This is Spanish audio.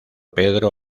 pedro